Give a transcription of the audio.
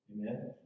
Amen